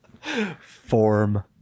Form